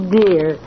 dear